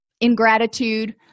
ingratitude